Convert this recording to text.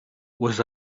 was